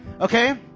Okay